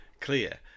clear